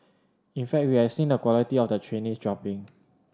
in fact we have seen the quality of the trainee dropping